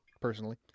personally